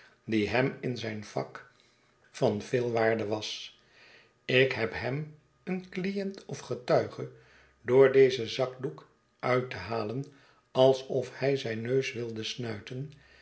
die hem in zijn vak van veel waarde was ik heb hem een client of getuige door dezen zakdoek uit te halen alsof hij zijn neus wilde snuiten